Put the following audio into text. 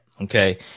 Okay